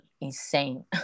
insane